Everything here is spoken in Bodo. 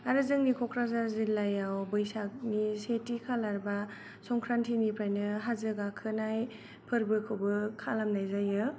आरो जोंनि क'क्राझार जिल्लायाव बैसागनि सेथि खालार बा संख्रान्ति निफ्रायनो हाजो गाखोनाय फोर्बोखौबो खालामनाय जायो